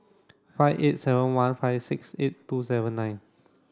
five eight seven one five six eight two seven nine